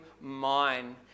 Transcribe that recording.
mine